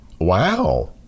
Wow